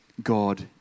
God